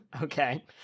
Okay